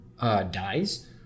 dies